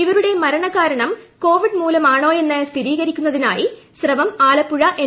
ഇവരുടെ മരണകാരണം കോവിഡ് മൂലമാണോയെന്ന് സ്ഥിരീകരിക്കുന്നതിനായി സ്രവം ആലപ്പുഴ എൻ